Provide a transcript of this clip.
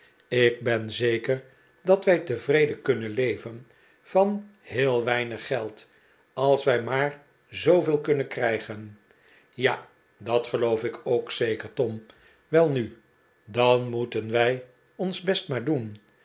ik ben zeker dat wij tevreden kunnen leven van heel weinig geld als wij maar zooveel kunnen krijgen ja dat geloof ik ook zeker tom welnu dan moeten wij ons best maar doen